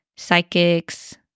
psychics